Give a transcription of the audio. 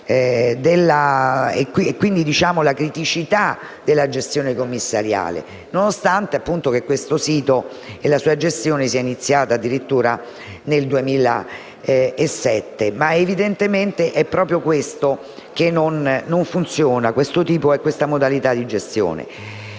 e la criticità della gestione commissariale, nonostante la gestione di questo sito sia iniziata addirittura nel 2007. Ma evidentemente è proprio questo che non funziona, questo tipo e questa modalità di gestione.